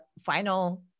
final